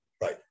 Right